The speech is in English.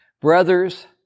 Brothers